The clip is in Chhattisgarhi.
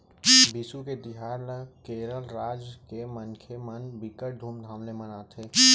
बिसु के तिहार ल केरल राज के मनखे मन बिकट धुमधाम ले मनाथे